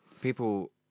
People